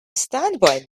standby